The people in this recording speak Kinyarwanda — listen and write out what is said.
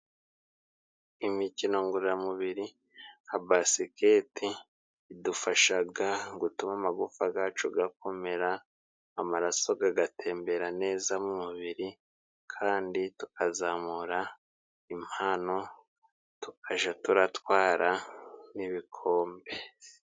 Imikino ngororamubiri nka basiketi idufashaga gutuma amagufa gacu gakomera, amaraso gagatembera neza mu mubiri kandi tukazamura impano tukaja turatwara n'ibikombe.